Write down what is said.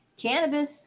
Cannabis